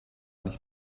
nicht